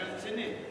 אני רציני.